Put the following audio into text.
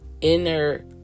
inner